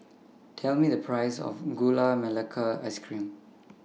Tell Me The Price of Gula Melaka Ice Cream